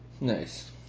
nice